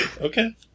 Okay